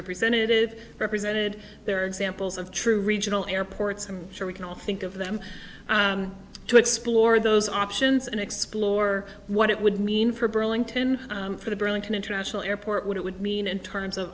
representative represented there are examples of true regional airports i'm sure we can all think of them to explore those options and explore what it would mean for burlington for the burlington international airport what it would mean in terms of